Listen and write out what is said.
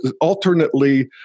Alternately